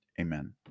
Amen